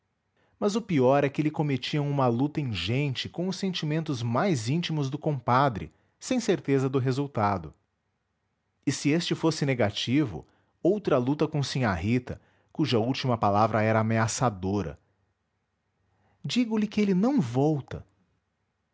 mas o pior é que lhe cometiam uma luta ingente com os sentimentos mais íntimos do compadre sem certeza do resultado e se este fosse negativo outra luta com sinhá rita cuja última palavra era ameaçadora digo-lhe que ele não volta